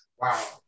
Wow